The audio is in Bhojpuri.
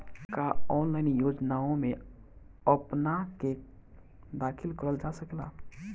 का ऑनलाइन योजनाओ में अपना के दाखिल करल जा सकेला?